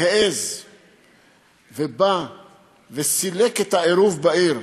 העז ובא וסילק את העירוב בעיר,